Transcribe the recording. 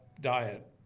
Diet